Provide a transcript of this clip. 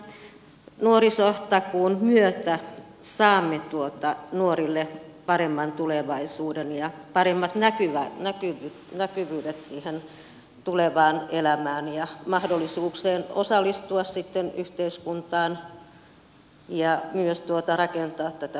mutta varmasti tämän nuorisotakuun myötä saamme nuorille paremman tulevaisuuden ja paremmat näkymät siihen tulevaan elämään ja mahdollisuuden osallistua sitten yhteiskuntaan ja myös rakentaa tätä hyvinvointiyhteiskuntaa